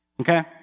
Okay